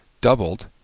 doubled